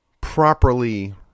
properly